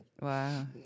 Wow